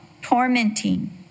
tormenting